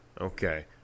Okay